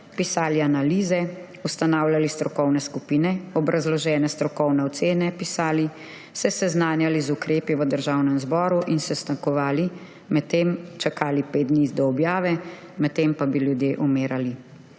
pisali analize, ustanavljali strokovne skupine, pisali obrazložene strokovne ocene, se seznanjali z ukrepi v Državnem zboru in sestankovali, čakali pet dni do objave, medtem pa bi ljudje umirali.